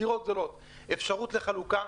אפשרות לחלוקה,